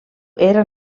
era